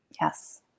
Yes